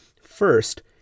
First